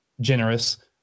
generous